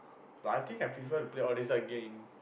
but I think I prefer to play all these type game